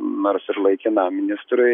nors ir laikinam ministrui